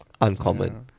Uncommon